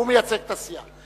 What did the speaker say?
הוא מייצג את הסיעה.